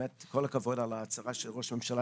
ובאמת כל הכבוד על ההצהרה של ראש הממשלה